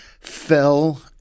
fell